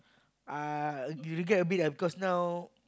uh you regret a but ah because now